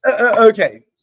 Okay